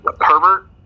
Herbert